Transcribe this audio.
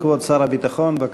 כבוד שר הביטחון, בבקשה.